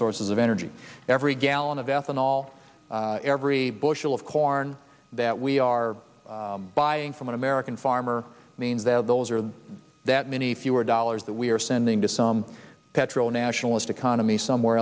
sources of energy every gallon of ethanol every bushel of corn that we are buying from an american farmer means that those are that many fewer dollars that we are sending to some petrol nationalist economy somewhere